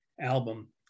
album